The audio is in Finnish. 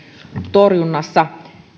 torjunnassa